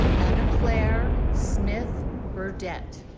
anna-claire smith burdette